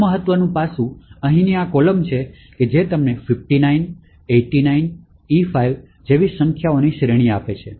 બીજું મહત્વનું પાસું અહીંની આ કોલમ છે જે તમને 59 89 E5 જેવી સંખ્યાની શ્રેણી આપે છે